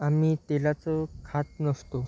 आम्ही तेलाचं खात नसतो